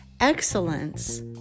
excellence